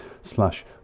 slash